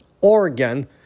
Oregon